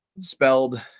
spelled